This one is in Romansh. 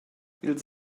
ils